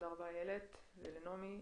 איילת ונעמי.